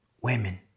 women